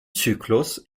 zyklus